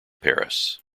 paris